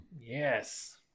Yes